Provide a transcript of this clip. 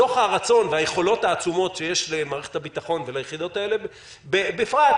מתוך הרצון והיכולות העצומות שיש למערכת הביטחון וליחידות האלה בפרט,